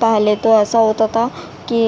پہلے تو ایسا ہوتا تھا کہ